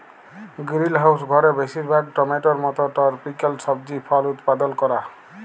greenhouse ঘরে বেশিরভাগ টমেটোর মত টরপিক্যাল সবজি ফল উৎপাদল ক্যরা